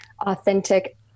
authentic